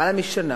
למעלה משנה.